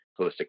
holistic